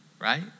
right